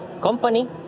company